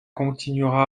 continuera